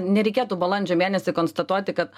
nereikėtų balandžio mėnesį konstatuoti kad